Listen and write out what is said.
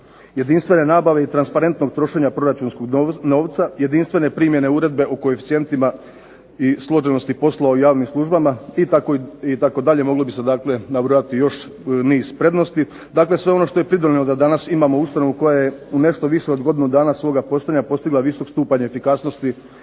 jedinstvene nabave i transparentnog trošenja proračunskog novca, jedinstvene primjene uredbe o koeficijentima i složenosti poslova u javnim službama, itd., moglo bi se dakle nabrojati još niz prednosti. Dakle sve ono što je pridonijelo da danas imamo ustanovu koja je u nešto više od godinu dana svoga poslovanja postigla visok stupanj efikasnosti